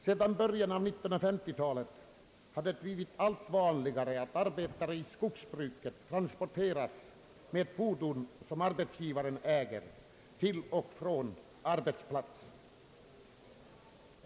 Sedan början av 1950-talet har det blivit allt vanligare att arbetare i skogsbruket transporteras till och från arbetsplats med fordon som arbetsgivaren äger.